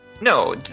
no